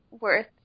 worth